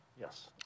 Yes